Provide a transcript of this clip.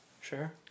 sure